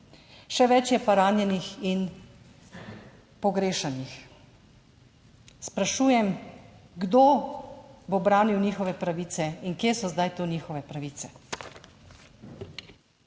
še več je pa ranjenih in pogrešanih. Sprašujem: Kdo bo branil njihove pravice in kje so zdaj tu njihove pravice?